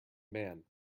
man